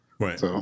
Right